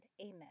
Amen